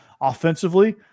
Offensively